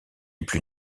plus